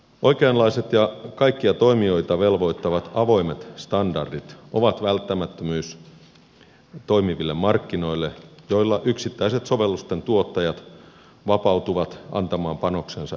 oikeanlaiset ja kaikkia toimijoita velvoittavat avoimet standardit ovat välttämättömyys toimiville markkinoille joilla yksittäiset sovellusten tuottajat vapautuvat antamaan panoksensa yhteisen hyvän eteen